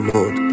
Lord